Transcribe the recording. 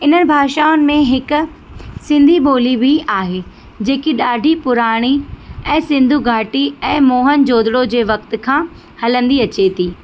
इन भाषाउनि में हिकु सिंधी ॿोली बि आहे जेकी ॾाढी पुराणी ऐं सिंधू घाटी ऐं मोहन जोदड़ो जे वक़्त खां हलंदी अचे थी